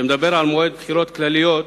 שמדבר על מועד בחירות כלליות,